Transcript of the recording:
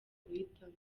guhitamo